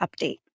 update